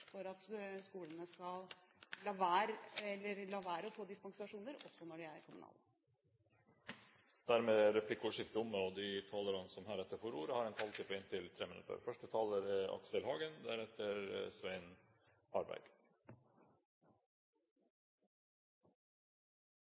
for at skolene skal la være å få dispensasjoner også når de er kommunale. Replikkordskiftet er omme. De talerne som heretter får ordet, har en taletid på inntil 3 minutter.